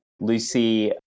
Lucy